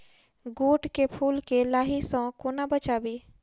गोट केँ फुल केँ लाही सऽ कोना बचाबी?